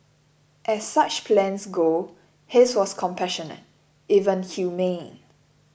as such plans go his was compassionate even humane